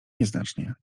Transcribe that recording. nieznacznie